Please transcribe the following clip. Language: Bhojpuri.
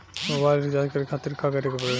मोबाइल रीचार्ज करे खातिर का करे के पड़ी?